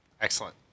Excellent